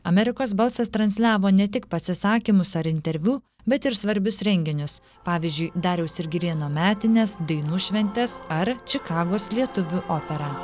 amerikos balsas transliavo ne tik pasisakymus ar interviu bet ir svarbius renginius pavyzdžiui dariaus ir girėno metines dainų šventes ar čikagos lietuvių operą